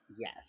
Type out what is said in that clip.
Yes